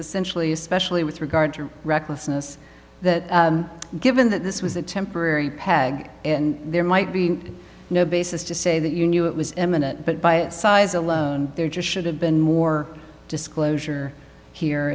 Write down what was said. essentially especially with regard to recklessness that given that this was a temporary peg and there might be no basis to say that you knew it was eminent but by size alone there just should have been more disclosure here